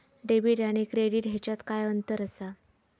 Debit आणि credit ह्याच्यात काय अंतर असा?